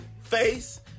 face